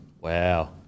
Wow